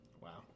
wow